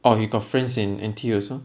orh you got friends in N_T_U also